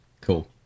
Cool